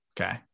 Okay